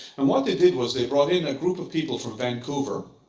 and what they did was they brought in a group of people from vancouver,